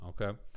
okay